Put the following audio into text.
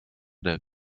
der